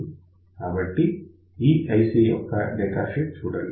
కాబట్టి ఈ IC యొక్క డేటా షీట్ చూడండి